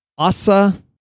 Asa